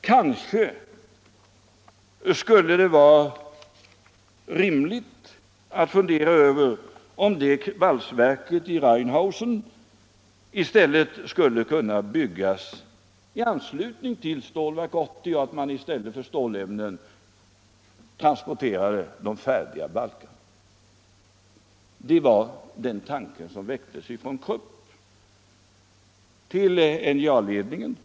Kanske det vore rimligt att fundera över om valsverket i Rheinhausen borde byggas i anslutning till Stålverk 80, så att man i stället för stålämnen skulle transportera färdiga balkar. Det var tanken som fördes fram från Krupp till NJA-ledningen.